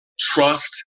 trust